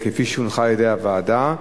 כפי שהונחה על-ידי הוועדה.